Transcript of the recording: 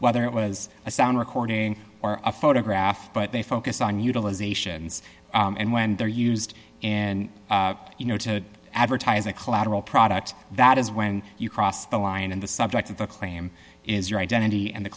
whether it was a sound recording or a photograph but they focus on utilizations and when they're used and you know to advertise a collateral product that is when you cross the line and the subject of the claim is your identity and the